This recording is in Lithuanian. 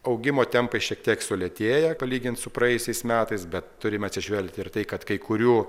augimo tempai šiek tiek sulėtėję palygin su praėjusiais metais bet turime atsižvelgti ir tai kad kai kurių